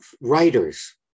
writers